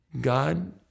God